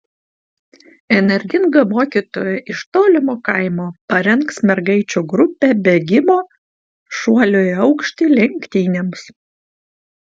energinga mokytoja iš tolimo kaimo parengs mergaičių grupę bėgimo šuolio į aukštį lenktynėms